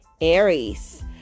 Aries